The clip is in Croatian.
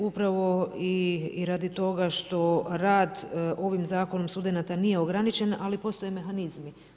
Upravo i radi toga što rad ovim zakonom studenata nije ograničen, ali postoje mehanizmi.